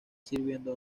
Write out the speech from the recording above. sirviendo